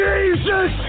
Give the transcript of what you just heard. Jesus